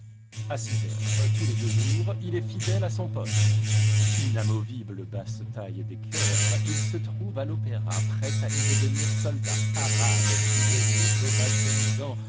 à six heures tous les deux jours il est fidèle à son poste inamovible basse-taille des chœurs il se trouve à l'opéra prêt à y devenir soldat arabe prisonnier sauvage paysan